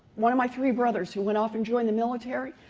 one of my three brothers who went off and joined the military,